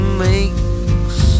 makes